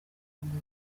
akamaro